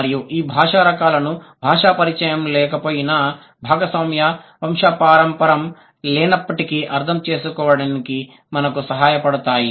మరియు ఈ భాషా రకాలకు భాషా పరిచయం లేకపోయినా భాగస్వామ్య వంశపారంపరం లేనప్పటికీ అర్థం చేసుకోవడానికి మనకు సహాయపడతాయి